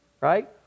right